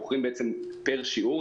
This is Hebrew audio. בוחרים פר שיעור.